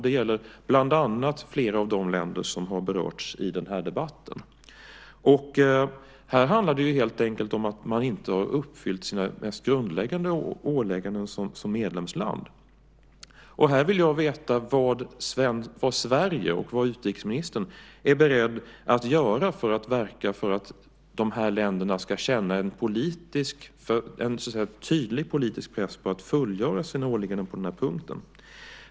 Det gäller bland att flera av de länder som berörts i den här debatten. Det handlar helt enkelt om att de inte uppfyllt sina mest grundläggande åligganden som medlemsland. Jag vill därför veta vad Sverige och utrikesministern är beredd att göra för att verka för att dessa länder ska känna en tydlig politisk press att fullgöra sina åligganden på den punkten.